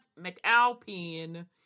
McAlpin